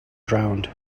drowned